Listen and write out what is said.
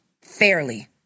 fairly